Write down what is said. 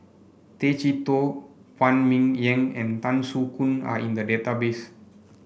Tay Chee Toh Phan Ming Yen and Tan Soo Khoon are in the database